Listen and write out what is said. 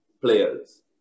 players